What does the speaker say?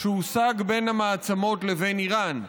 שהושג בין המעצמות לבין איראן.